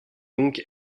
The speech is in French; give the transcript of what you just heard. donc